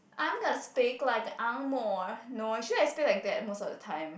I'm gonna speak like Ang-Moh no actually I speak like that most of the time